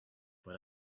but